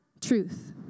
truth